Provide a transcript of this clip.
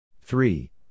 Three